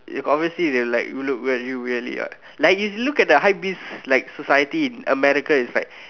obviously they will like look at you weirdly what like you look at the hypebeast like society in America is like